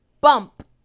Bump